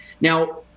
Now